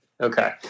okay